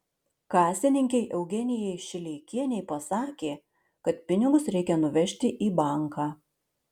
kasininkei eugenijai šileikienei pasakė kad pinigus reikia nuvežti į banką